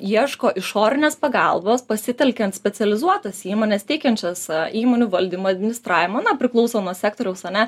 ieško išorinės pagalbos pasitelkiant specializuotas įmones teikiančias įmonių valdymo administravimo na priklauso nuo sektoriaus ane